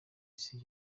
isi